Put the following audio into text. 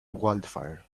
wildfire